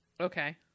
Okay